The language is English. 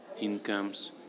Incomes